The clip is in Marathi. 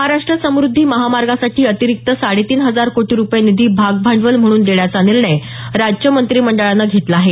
महाराष्ट्र समुद्धी महामार्गासाठी अतिरिक्त साडे तीन हजार कोटी रुपये निधी भागभांडवल म्हणून देण्याचा निर्णय राज्य मंत्रिमंडळानं घेतला आहे